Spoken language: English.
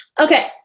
Okay